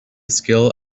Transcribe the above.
skill